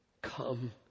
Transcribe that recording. Come